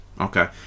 Okay